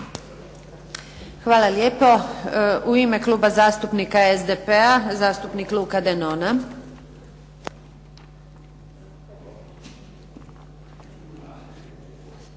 Hvala lijepo. U ime Kluba zastupnika SDP-a, zastupnik Luka Denona.